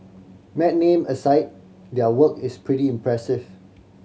mad name aside their work is pretty impressive